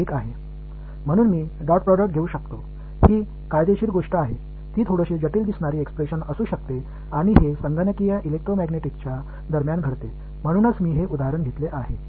எனவே நான் ஒரு டாட் ப்ரோடெக்ட்டை சட்டபூர்வமாக எடுக்க முடியும் இது சற்று சிக்கலான தோற்ற வெளிப்பாடாக இருக்கலாம் மற்றும் கம்புடஷனல் எலெக்ட்ரோமேக்னெட்டிக்ஸ் போது இது நிகழ்கிறது அதனால்தான் நான் இந்த உதாரணத்தை எடுத்துள்ளேன்